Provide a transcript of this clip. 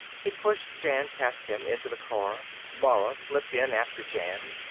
he pushed jan past him, into the car. mara slipped in after jan,